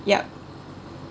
yup